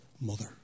mother